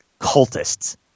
cultists